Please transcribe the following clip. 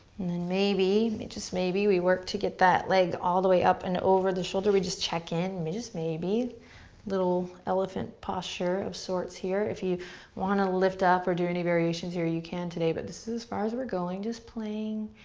and then maybe, just maybe, we work to get that leg all the way up and over the shoulder, we just check in, just maybe. a little elephant posture of sorts here. if you want to lift up or do any variations here, you can today, but this is as far as we're going, just playing,